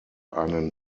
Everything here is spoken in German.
einen